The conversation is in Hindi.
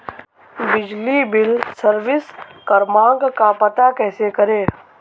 बिजली बिल सर्विस क्रमांक का पता कैसे करें?